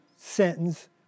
sentence